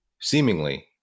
seemingly